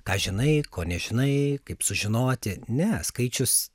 ką žinai ko nežinai kaip sužinoti ne skaičius